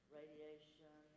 radiation